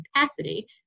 capacity